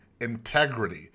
integrity